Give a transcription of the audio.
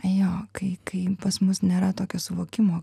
jo kai kai pas mus nėra tokio suvokimo